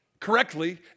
Correctly